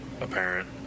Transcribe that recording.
apparent